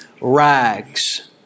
rags